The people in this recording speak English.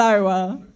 Lower